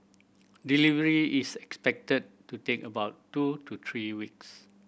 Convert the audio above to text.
delivery is expected to take about two to three weeks